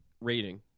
rating